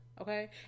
Okay